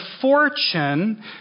fortune